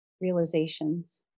realizations